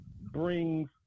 brings